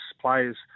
players